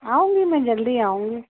آؤں گی میں جلدی آؤں گی